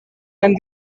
and